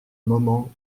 moment